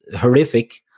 Horrific